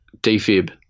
Defib